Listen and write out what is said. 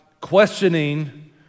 questioning